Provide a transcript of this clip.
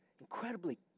incredibly